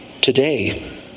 today